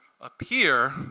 appear